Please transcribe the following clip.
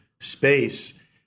Space